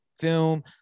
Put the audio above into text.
film